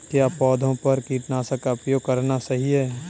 क्या पौधों पर कीटनाशक का उपयोग करना सही है?